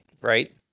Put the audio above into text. Right